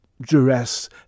duress